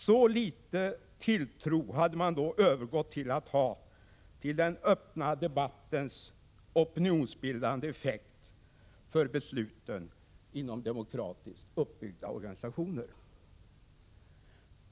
Så liten tilltro hade man övergått till att ha till den öppna debattens opinionsbildande effekt på besluten inom demokratiskt uppbyggda organisationer.